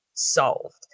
solved